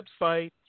website